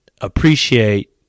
Appreciate